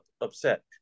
upset